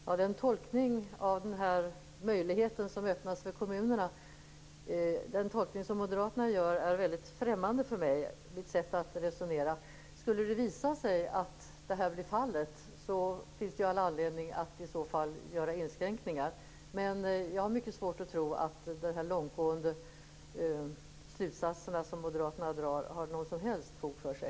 Herr talman! Den tolkning av den här möjligheten som öppnas för kommunerna som Moderaterna gör är mycket främmande för mitt sätt att resonera. Skulle det visa sig att detta blir fallet finns det all anledning att göra inskränkningar, men jag har mycket svårt att tro att de långtgående slutsatser som Moderaterna drar har något som helst fog för sig.